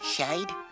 Shade